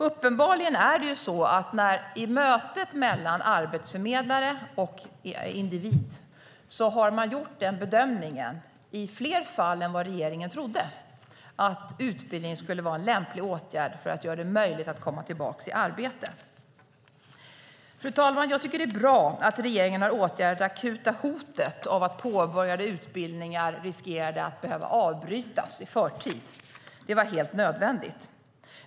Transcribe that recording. Uppenbarligen har man i mötet mellan arbetsförmedlare och individ gjort bedömningen - i fler fall än regeringen trodde - att utbildning skulle vara en lämplig åtgärd för att göra det möjligt att komma tillbaka i arbete. Fru talman! Jag tycker att det är bra att regeringen har åtgärdat det akuta hotet att påbörjade utbildningar riskerade att behöva avbrytas i förtid. Det var helt nödvändigt.